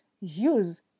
use